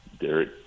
Derek